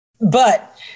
But-